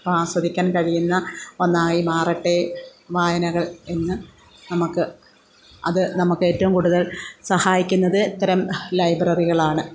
അപ്പം ആസ്വദിക്കാൻ കഴിയുന്ന ഒന്നായി മാറട്ടെ വായനകൾ എന്ന് നമുക്ക് അത് നമുക്ക് ഏറ്റവും കൂടുതൽ സഹായിക്കുന്നത് ഇത്തരം ലൈബ്രറികളാണ്